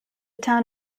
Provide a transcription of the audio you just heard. town